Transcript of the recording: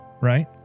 right